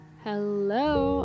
Hello